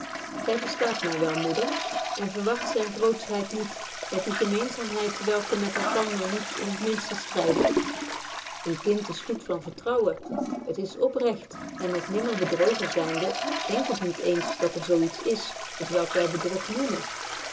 gy verstaat my wel moeders en verwart zyne grootschheid niet met die gemeenzaamheid welke met elkander niet in t minste stryden een kind is goed van vertrouwen het is oprecht en nog nimmer bedrogen zynde denkt het niet eens dat er zo iets is t welk wy bedrog noemen